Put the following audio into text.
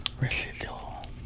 Residual